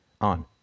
on